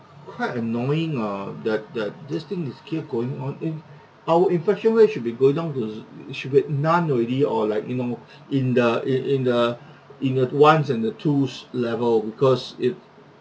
quite annoying uh that that this thing is keep going on in our infection rate should be going down to should be none already or like you know in the in in the in the ones and the twos level because it